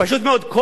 כל המוסדות,